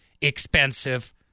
expensive